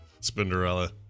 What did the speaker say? Spinderella